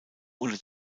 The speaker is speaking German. unter